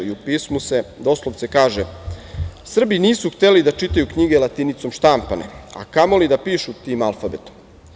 U pismu se doslovce kaže: „Srbi nisu hteli da čitaju knjige latinicom štampane, a kamoli da pišu tim alfabetom.